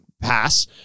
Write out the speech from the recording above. pass